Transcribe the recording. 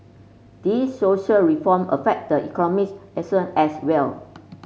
these social reform affect the economics as well